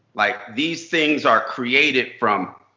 like these things are created from